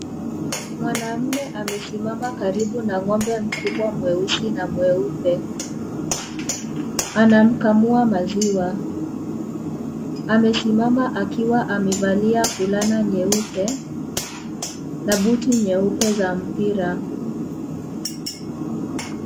Mwanamume amesimama karibu na ng'ombe mkubwa mweusi na mweupe anamkamua maziwa amesimama akiwa amevalia fulana nyeupe na buti nyeupe za mpira.